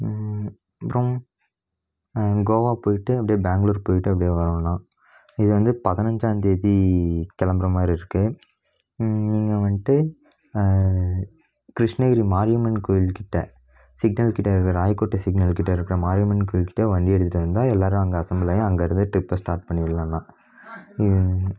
அப்புறோம் கோவா போய்ட்டு அப்டேயே பேங்களூர் போய்ட்டு அப்டேயே வரோங்கண்ணா இது வந்து பதினஞ்சாம்தேதி கிளம்புற மாதிரியிருக்கு நீங்க வந்துட்டு கிருஷ்ணகிரி மாரியம்மன் கோவில் கிட்ட சிங்னல் கிட்ட இருக்கிற ராயக்கோட்டை சிங்னல் கிட்ட இருக்கிற மாரியம்மன் கோவில் கிட்ட வண்டி எடுத்துகிட்டு வந்தால் எல்லாரும் அங்கே அசம்பல்லாகி அங்கேருந்து டிரிப்பை ஸ்டார்ட் பண்ணிடலாண்ணா